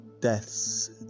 deaths